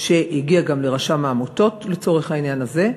שהגיעה גם לרשם העמותות, לצורך העניין הזה,